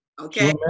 okay